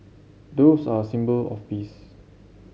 doves are symbol of peace